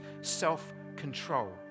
self-control